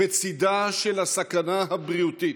בצידה של הסכנה הבריאותית,